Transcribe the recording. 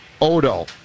Odo